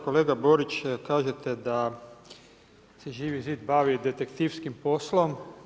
Kolega Borić, kažete da se Živi Zid bavi detektivskim poslom.